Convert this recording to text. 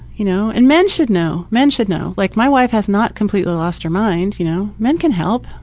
you know, and men should know. men should know like my wife has not completely lost her mind. you know men can help.